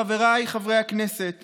חבריי חברי הכנסת,